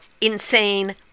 insane